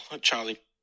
Charlie